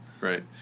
right